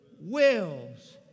wills